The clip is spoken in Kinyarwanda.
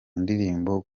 ndirimbo